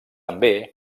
també